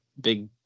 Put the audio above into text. big